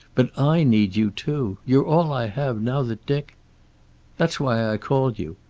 but i need you, too. you're all i have, now that dick that's why i called you.